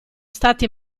stati